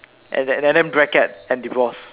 and and then bracket and divorce